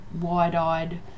wide-eyed